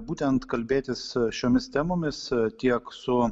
būtent kalbėtis šiomis temomis tiek su